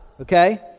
okay